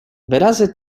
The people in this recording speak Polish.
wyrazy